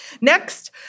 Next